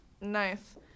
Nice